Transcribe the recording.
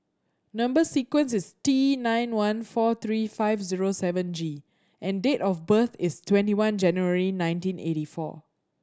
number sequence is T nine one four three five zero seven G and date of birth is twenty one January nineteen eighty four